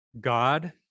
God